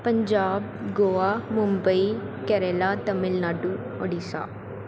Punjab Goa Mumbai Kerala Tamil Nadu Odisha